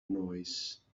noise